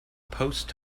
post